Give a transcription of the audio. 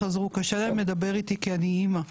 קשה להן לדבר איתי כי אני אמא,